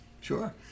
Sure